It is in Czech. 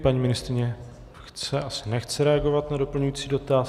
Paní ministryně chce asi nechce reagovat na doplňující dotaz.